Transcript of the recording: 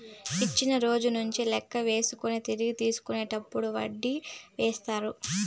ఇచ్చిన రోజు నుంచి లెక్క వేసుకొని తిరిగి తీసుకునేటప్పుడు వడ్డీ ఏత్తారు